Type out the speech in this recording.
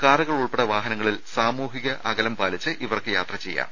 കാറുകൾ ഉൾപ്പെടെ വാഹനങ്ങളിൽ സാമുഹ്യ അകലം പാലിച്ച് ഇവർക്ക് യാത്ര ചെയ്യാം